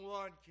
one